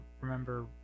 remember